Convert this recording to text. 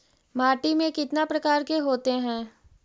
माटी में कितना प्रकार के होते हैं?